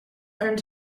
earned